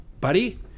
buddy